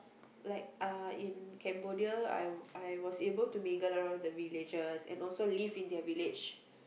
like uh in Cambodia I I was able to mingle around with the villagers and also live in their village